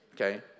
Okay